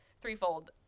threefold